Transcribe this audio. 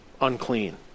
Unclean